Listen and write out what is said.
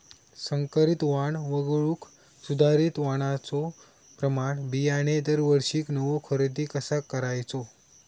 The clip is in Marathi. संकरित वाण वगळुक सुधारित वाणाचो प्रमाण बियाणे दरवर्षीक नवो खरेदी कसा करायचो?